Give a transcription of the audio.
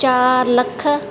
चार लख